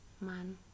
man